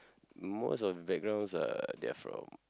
most of their backgrounds uh they are from